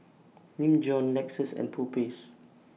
Nin Jiom Lexus and Popeyes